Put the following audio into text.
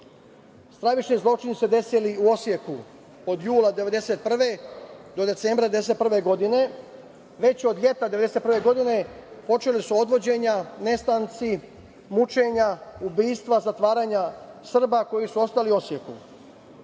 žrtava. Stravični zločini su se desili i u Osijeku od jula 1991. do decembra 1991. godine. Već od leta 1991. godine počela su odvođenja, nestanci, mučenja, ubistva, zatvaranja Srba koji su ostali u Osijeku.